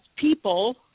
people